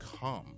come